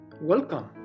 welcome